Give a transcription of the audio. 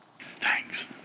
Thanks